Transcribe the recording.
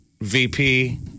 VP